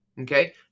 okay